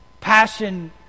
passion